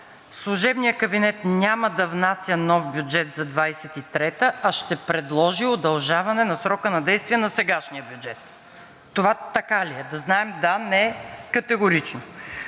служебният кабинет няма да внася нов бюджет за 2023 г., а ще предложи удължаване на срока на действие на сегашния бюджет? Това така ли е? Да знаем – да, не, категорично.